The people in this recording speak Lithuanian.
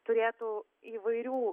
turėtų įvairių